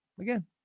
again